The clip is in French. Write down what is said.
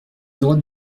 droite